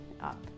up